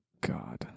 God